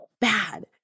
bad